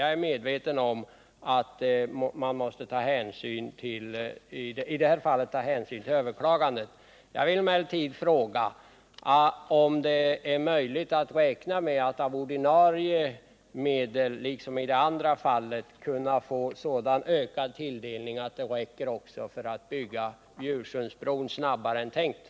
Jag är medveten om att man i det här fallet måste ta hänsyn till det överklagande som föreligger, men jag vill fråga om det är möjligt att räkna med att av ordinarie medel kunna få sådan ökad tilldelning av väganslagen att det räcker för att också bygga Bjursundsbron tidigare än planerat.